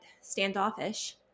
standoffish